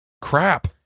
crap